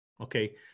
Okay